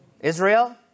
Israel